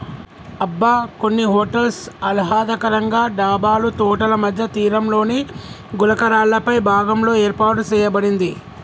అబ్బ కొన్ని హోటల్స్ ఆహ్లాదకరంగా డాబాలు తోటల మధ్య తీరంలోని గులకరాళ్ళపై భాగంలో ఏర్పాటు సేయబడింది